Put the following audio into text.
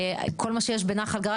כל מה שיש בנחל גרר.